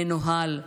מנוהל,